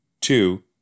two